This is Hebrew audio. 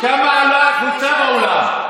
כמה עולה החיטה בעולם?